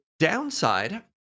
Downside